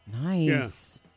Nice